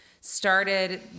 started